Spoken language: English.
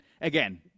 again